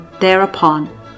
Thereupon